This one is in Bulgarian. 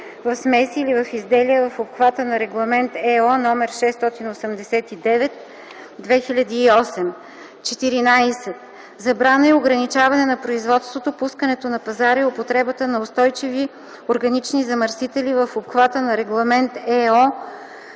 в смеси или в изделия в обхвата на Регламент (ЕО) № 689/2008; 14. забрана и ограничаване на производството, пускането на пазара и употребата на устойчивите органични замърсители в обхвата на Регламент (ЕО)